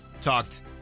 talked